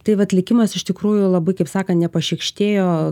tai vat likimas iš tikrųjų labai kaip sakan nepašykštėjo